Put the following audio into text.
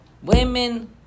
Women